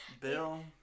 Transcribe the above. Bill